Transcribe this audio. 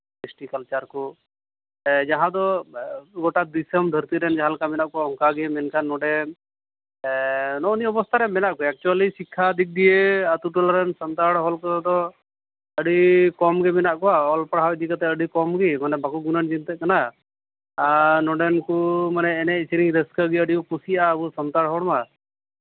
ᱠᱨᱤᱥᱴᱤ culture ᱠᱚ ᱡᱟᱦᱟᱸ ᱫᱚ ᱜᱳᱴᱟ ᱫᱤᱥᱚᱢ ᱫᱷᱟᱹᱨᱛᱤ ᱨᱮᱱ ᱡᱟᱦᱟᱸ ᱞᱮᱠᱟ ᱢᱮᱱᱟᱜ ᱠᱚᱣᱟ ᱢᱮᱱᱠᱷᱟᱱ ᱱᱚᱸᱰᱮ ᱱᱚᱜ ᱱᱤᱭᱟᱹ ᱚᱵᱚᱥᱛᱷᱟ ᱨᱮ ᱢᱮᱱᱟᱜ ᱠᱚᱣᱟ ᱮᱠᱪᱩᱞᱤ ᱥᱤᱠᱠᱷᱟ ᱫᱤᱠ ᱫᱤᱭᱮ ᱟᱹᱛᱩ ᱴᱚᱞᱟ ᱨᱮᱱ ᱥᱟᱱᱛᱟᱲ ᱦᱚᱲ ᱠᱚᱫᱚ ᱟᱹᱰᱤ ᱠᱚᱢᱜᱮ ᱢᱮᱱᱟᱜ ᱠᱚᱣᱟ ᱚᱞ ᱯᱟᱲᱦᱟᱣ ᱤᱫᱤ ᱠᱟᱛᱮᱜ ᱟᱹᱰᱤ ᱠᱚᱢᱜᱮ ᱢᱟᱱᱮ ᱵᱟᱠᱚ ᱜᱩᱱᱟᱹᱣ ᱪᱤᱱᱛᱟᱹᱜ ᱠᱟᱱᱟ ᱟᱨ ᱱᱚᱸᱰᱮᱱ ᱠᱚ ᱢᱟᱱᱮ ᱮᱱᱮᱡ ᱥᱮᱨᱮᱧ ᱨᱟᱹᱥᱠᱟᱹ ᱜᱮ ᱟᱹᱰᱤ ᱠᱚ ᱠᱩᱥᱤᱭᱟᱜᱼᱟ ᱟᱵᱚ ᱥᱟᱱᱛᱟᱲ ᱦᱚᱲᱢᱟ